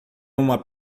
uma